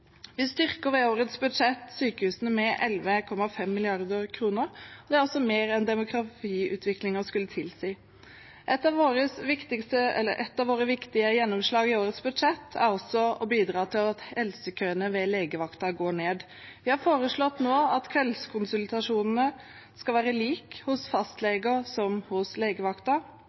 Vi styrker sykehusene i årets budsjett med 11,5 mrd. kr. Det er altså mer enn demografiutviklingen skulle tilsi. Ett av våre viktige gjennomslag i årets budsjett er også å bidra til at helsekøene ved legevakten går ned. Vi har nå foreslått at kveldskonsultasjonene skal være lik hos fastlegene som hos